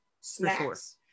Snacks